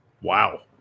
Wow